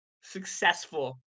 successful